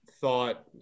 thought